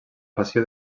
passió